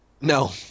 no